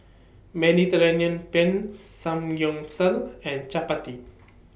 Mediterranean Penne Samgyeopsal and Chapati